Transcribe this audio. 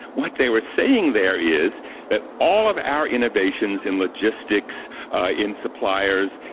what they were saying there is that all of our innovations in logistics in suppliers,